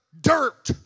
dirt